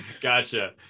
gotcha